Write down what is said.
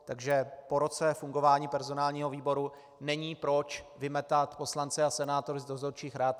Takže po roce fungování personálního výboru není proč vymetat poslance a senátory z dozorčích rad.